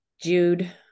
jude